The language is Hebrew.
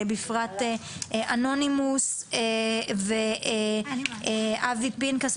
בפרט אנונימוס ואבי פנקס.